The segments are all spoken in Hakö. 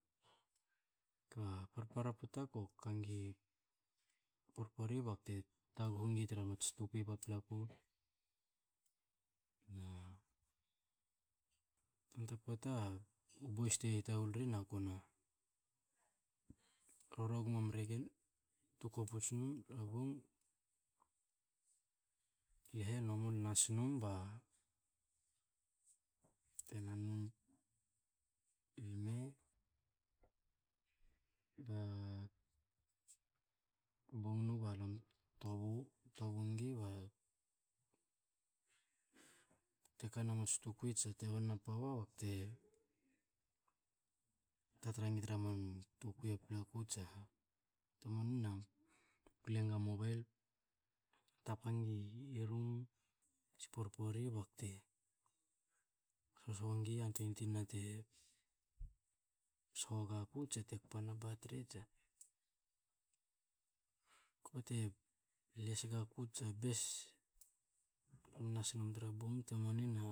parpara pota ko kangi porpori bakte taghu nig tra mats tukui paplaku, na tanta pota u boys te hitahul ri naku na roru gnomri gen. Tuku puts num tra bong, lhe lo men nas num, ba te nan num i lme, ba bong nu ba lam tobu, tobu ngi ba tekana mats tokui tsi te on na pawa bakte tra tra ngi tra man tukui paplaku tsa ha. Te mua nen ako lenga mobile tapa ngi rum tsi porpori, bakte hos hoso ngi yantuein tinna te sho gaku tsa te kpa na batri, tsa kba te les gaku tsa bes, nas tum tra bong te mua nin ha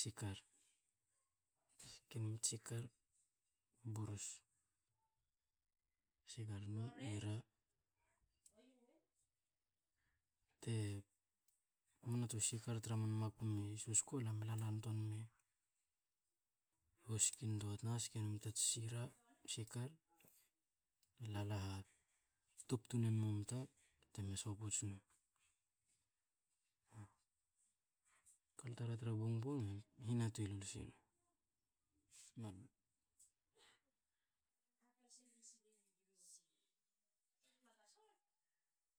sikar, ske num sikar, u burus, sikar na ira. Te moa na tru sikar tra man makum i susku lame lala nitua num i hoski ntoa, tna ske num tats ira, sikar, lala ha tup tun enmu mta, teme sho puts num. Kalta ra tra bongbong hina tuei lol sne.